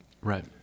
Right